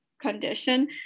condition